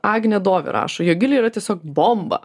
agnė dovi rašo jogilė yra tiesiog bomba